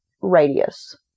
radius